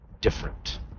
different